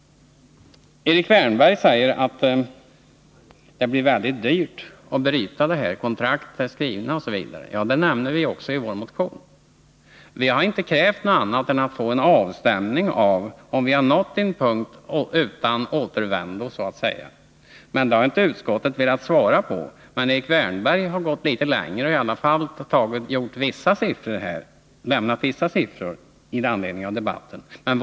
Erik Wärnberg säger att det blir väldigt dyrt att avbryta arbetet nu. Kontrakt är skrivna, osv. Det nämner vi också i vår motion. Vi har heller inte krävt annat än att få en avstämning av om vi har nått den punkt där det så att säga inte finns någon återvändo. Våra frågor i det avseendet har utskottet inte velat svara på. Erik Wärnberg har i alla fall gått litet längre och lämnat vissa siffror under debatten här.